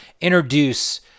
introduce